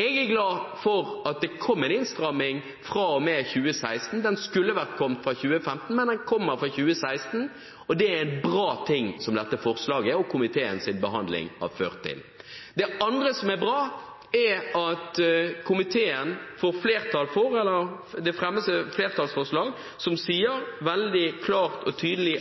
Jeg er glad for at det kommer en innstramming fra og med 2016. Den skulle ha kommet i 2015, men den kommer fra 2016, og det er en bra ting som dette forslaget og komiteens behandling har ført til. Det andre som er bra, er at det fremmes et flertallsforslag som sier veldig klart og tydelig: